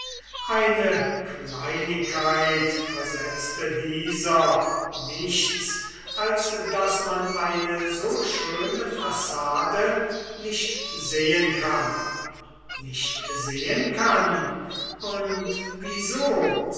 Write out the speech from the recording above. eine kleinigkeit versetzte demokritus nichts als daß man eine so schöne fassade nicht sehen kann nicht sehen kann und wieso je